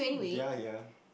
ya ya